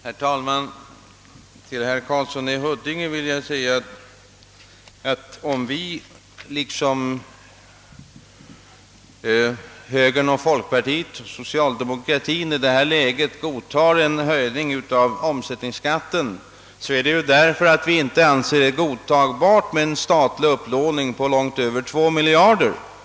Herr talman! Till herr Karlsson i Huddinge vill jag säga att om vi liksom högern och folkpartiet och socialdemokraterna i detta läge godtar en höjning av omsättningsskatten, beror det på att vi inte anser en statlig upplåning på långt över 2 miljarder kunna godkännas.